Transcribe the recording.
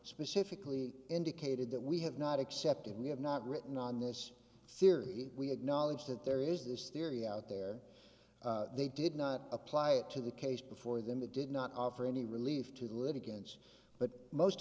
specifically indicated that we have not accepted we have not written on this theory we acknowledge that there is this theory out there they did not apply it to the case before them it did not offer any relief to the litigants but most